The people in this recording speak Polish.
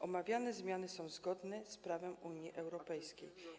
Omawiane zmiany są zgodne z prawem Unii Europejskiej.